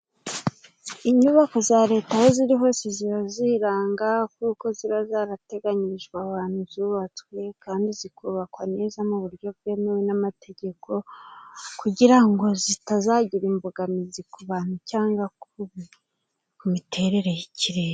Inyubako za Leta aho ziriho zizaba ziranga kuko ziba zarateganyirijwe abantu zubatswe kandi zikubakwa neza mu buryo bwemewe n'amategeko kugira ngo zitazagira imbogamizi ku bantu cyangwa ku miterere y'ikirere.